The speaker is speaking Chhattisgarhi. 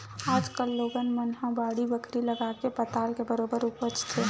आज कल लोगन मन ह बाड़ी बखरी लगाके पताल के बरोबर उपज लेथे